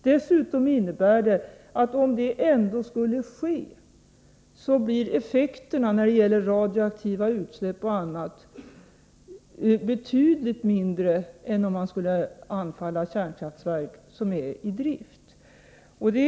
Dessutom — om kärnkraftverken ändå skulle bli angreppsmål — skulle effekterna när det gäller radioaktiva utsläpp och annat bli betydligt mindre än vid anfall mot kärnkraftverk som är i drift.